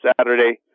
Saturday